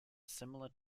similar